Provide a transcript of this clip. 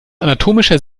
anatomischer